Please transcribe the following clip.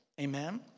Amen